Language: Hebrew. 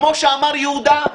כמו שאמר יהודה,